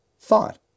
thought